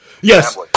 Yes